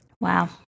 Wow